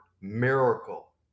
Miracle